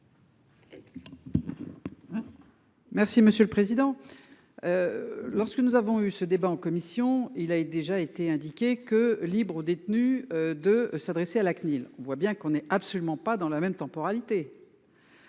Merci monsieur le président. Lorsque nous avons eu ce débat en commission. Il avait déjà été indiqué que libre aux détenus de s'adresser à la CNIL. On voit bien qu'on n'est absolument pas dans la même temporalité.